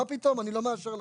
מה פתאום, אני לא מאשר לך.